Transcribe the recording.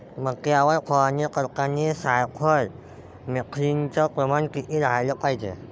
मक्यावर फवारनी करतांनी सायफर मेथ्रीनचं प्रमान किती रायलं पायजे?